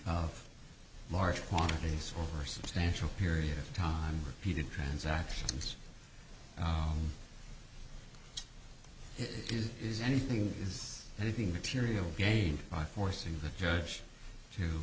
of large quantities or substantial period of time he did transactions does is anything is anything material gain by forcing the judge to